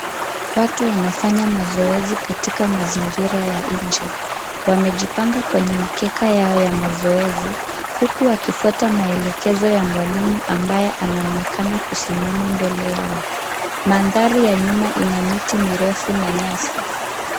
Watu wanafanya mazoezi katika mazingira ya nje. Wamejipanga kwenye mikeka yao ya mazoezi huku wakifuata maelekezo ya mwalimu ambaye anaonekana kusimama mbele yao. Mandhari ya nyuma ina miti mirefu na nyasi.